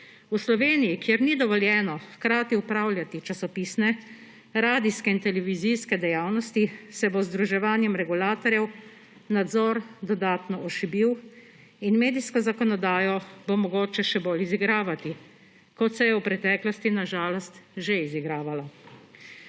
V Sloveniji, kjer ni dovoljeno hkrati upravljati časopisne, radijske in televizijske dejavnosti, se bo z združevanje regulatorjev nadzor dodatno ošibil in medijsko zakonodajo bo mogoče še bolj izigravati, kot se je v preteklosti na žalost že izigravalo.